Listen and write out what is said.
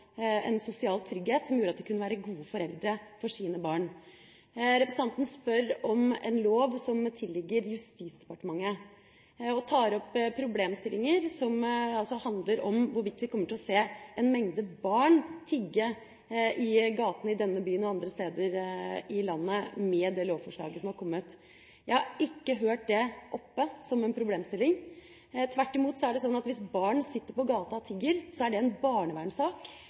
en sosial trygghet, som gjorde at de kunne være gode foreldre for sine barn. Representanten spør om en lov som tilligger Justisdepartementet, og tar opp problemstillinger som handler om hvorvidt vi kommer til å se en mengde barn tigge i gatene i denne byen og andre steder i landet, med det lovforslaget som har kommet. Jeg har ikke hørt det oppe som en problemstilling. Tvert imot er det sånn at hvis barn sitter på gata og tigger, er det en